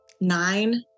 Nine